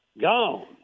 Gone